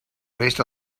based